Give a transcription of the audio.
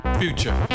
future